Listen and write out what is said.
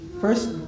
First